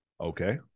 Okay